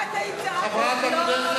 אדם הגון,